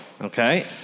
Okay